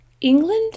England